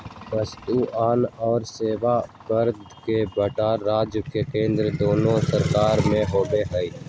वस्तुअन और सेवा कर के बंटवारा राज्य और केंद्र दुन्नो सरकार में होबा हई